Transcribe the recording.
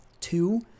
two